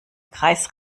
kreis